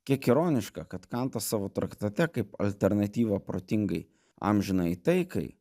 kiek ironiška kad kantas savo traktate kaip alternatyva protingai amžinajai taikai